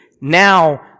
Now